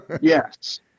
Yes